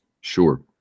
sure